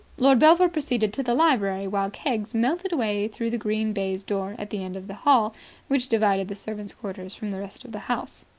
lord belpher proceeded to the library, while keggs melted away through the green baize door at the end of the hall which divided the servants' quarters from the rest of the house.